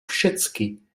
všechny